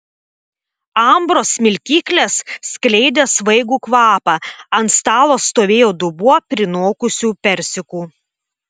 ambros smilkyklės skleidė svaigų kvapą ant stalo stovėjo dubuo prinokusių persikų